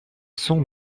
son